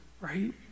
right